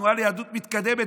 התנועה ליהדות מתקדמת,